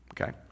Okay